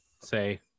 say